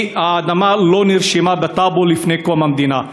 כי האדמה לא נרשמה בטאבו לפני קום המדינה,